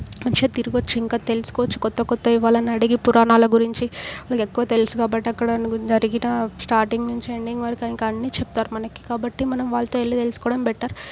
మంచిగా తిరగవచ్చు ఇంకా తెలుసుకోవచ్చు క్రొత్త క్రొత్తవి వాళ్ళని అడిగి పురాణాల గురించి వాళ్ళకి ఎక్కువ తెలుసు కాబట్టి అక్కడ జరిగిన స్టార్టింగ్ నుంచి ఎండింగ్ వరకు ఇంకా అన్నీ చెప్తారు మనకి కాబట్టి మనం వాళ్ళతో వెళ్ళి తెలుసుకోవడం బెటర్